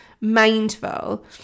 mindful